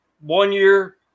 one-year